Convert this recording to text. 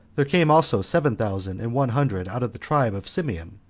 there came also seven thousand and one hundred out of the tribe of simeon.